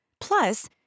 Plus